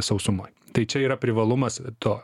sausumoj tai čia yra privalumas to